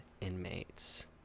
inmates